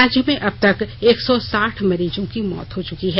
राज्य में अब तक एक सौ साठ मरीजों की मौत हो चुकी है